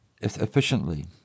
efficiently